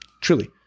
truly